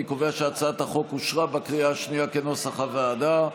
אני קובע שהצעת החוק אושרה בקריאה השנייה כנוסח הוועדה.